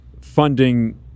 funding